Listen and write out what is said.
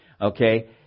Okay